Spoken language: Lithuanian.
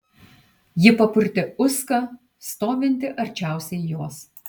ji papurtė uską stovintį arčiausiai jos